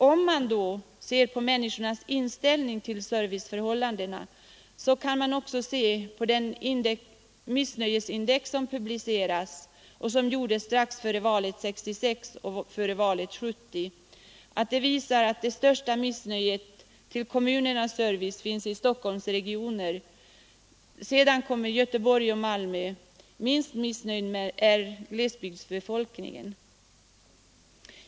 Om man vill få en uppfattning om människornas inställning till serviceförhållandena, kan man t.ex. se på de missnöjesindex som gjordes strax före valet 1966 och strax före valet 1970 och som visar att det största missnöjet över kommunernas service finns i Stockholmsregionen. Därefter kommer Göteborg och Malmö, och minst missnöjd är glesbygdsbefolkningen.